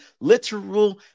literal